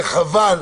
זה חבל.